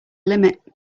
limit